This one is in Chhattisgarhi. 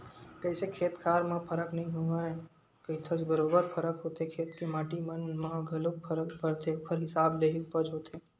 कइसे खेत खार म फरक नइ होवय कहिथस बरोबर फरक होथे खेत के माटी मन म घलोक फरक परथे ओखर हिसाब ले ही उपज होथे